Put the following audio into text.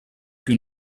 più